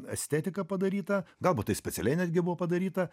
estetika padaryta galbūt tai specialiai netgi buvo padaryta